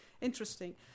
interesting